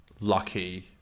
lucky